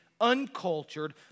uncultured